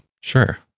Sure